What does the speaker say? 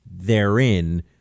therein